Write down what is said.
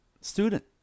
student